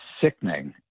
sickening